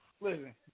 Listen